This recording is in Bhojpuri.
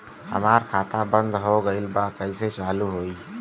हमार खाता बंद हो गईल बा कैसे चालू होई?